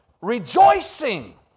rejoicing